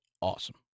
awesome